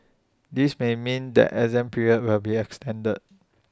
this may mean that exam periods will be extended